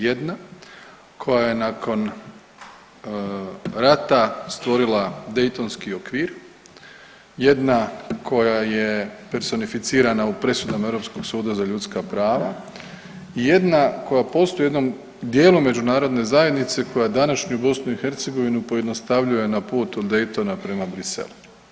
Jedna koja je nakon rata stvorila Daytonski okvir, jedna koja je personificirana u presudama Europskog suda za ljudska prava i jedna koja postoji u jednom dijelu međunarodne zajednice koja današnju BiH pojednostavljuje na put od Daytona prema Bruxellesu.